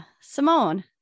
Simone